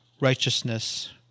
righteousness